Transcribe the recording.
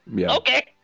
okay